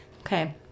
Okay